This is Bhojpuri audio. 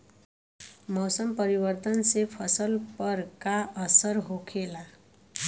मौसम परिवर्तन से फसल पर का असर होखेला?